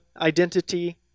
identity